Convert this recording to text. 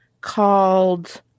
called